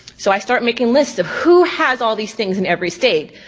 so i start making lists of who has all these things in every state.